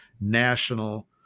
national